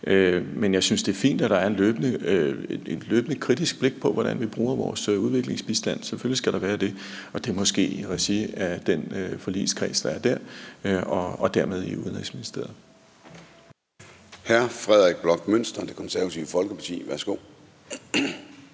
Men jeg synes, det er fint, at der er et løbende kritisk blik på, hvordan vi bruger vores udviklingsbistand. Selvfølgelig skal der være det, og det sker måske i regi af den forligskreds, der er dér, og dermed i Udenrigsministeriet. Kl. 09:54 Formanden (Søren Gade): Hr. Frederik Bloch Münster, Det Konservative Folkeparti. Værsgo.